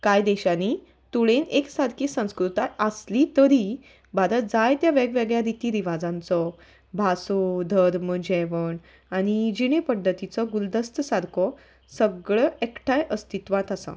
कांय देशांनी तुळेन एक सारकी संस्कृताय आसली तरी भारत जायत्या वेगवेगळ्या रिती रिवाजांचो भासो धर्म जेवण आनी जिणे पद्दतीचो गुलदस्त्या सारको सगळो एकठांय अस्तित्वांत आसा